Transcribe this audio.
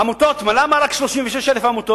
עמותות, למה רק 36,000 עמותות?